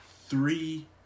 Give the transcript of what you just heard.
three